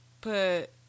put